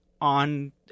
on